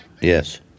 Yes